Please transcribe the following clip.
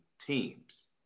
teams